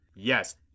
Yes